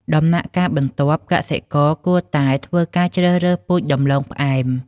ដំណាក់កាលបន្ទាប់ កសិករគួរតែធ្វើការជ្រើសរើសពូជដំឡូងផ្អែម។